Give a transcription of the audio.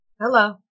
Hello